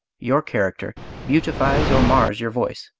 your character beautifies or mars your voice.